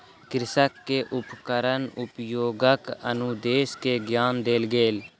कृषक के उपकरण उपयोगक अनुदेश के ज्ञान देल गेल